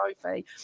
trophy